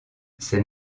ces